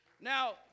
Now